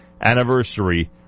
anniversary